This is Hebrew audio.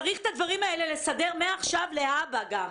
צריך את הדברים האלה לסדר מעכשיו גם להבא.